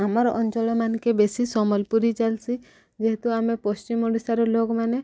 ଆମର ଅଞ୍ଚଳ ମାନକେ ବେଶୀ ସମ୍ବଲପୁରୀ ଚାଲିସି ଯେହେତୁ ଆମେ ପଶ୍ଚିମ ଓଡ଼ିଶାର ଲୋକମାନେ